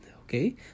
okay